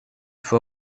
faut